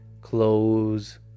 clothes